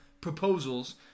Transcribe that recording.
proposals